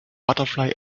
butterfly